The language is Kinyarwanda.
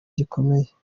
gikomeye